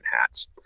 hats